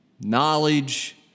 knowledge